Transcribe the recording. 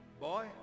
Boy